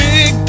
Big